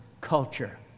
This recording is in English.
culture